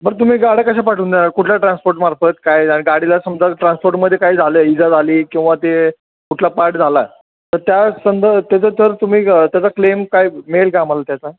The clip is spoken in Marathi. बरं तुम्ही गाड्या कशा पाठवून देणार कुठल्या ट्रान्सपोर्ट मार्फत काय जाय आणि गाडीला समजा ट्रान्सपोटमध्ये काय झालं आहे इजा झाली किंवा ते कुठला पार्ट झाला तर त्या संद त्याचं तर तुम्ही त्याचा क्लेम काय मिळेल का आम्हाला त्याचा